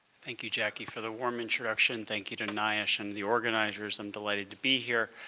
thank you, jackie, for the warm introduction. thank you to niosh and the organizers. i'm delighted to be here.